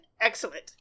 Excellent